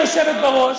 היושבת בראש,